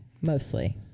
Mostly